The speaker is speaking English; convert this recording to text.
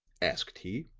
asked he.